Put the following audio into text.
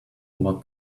over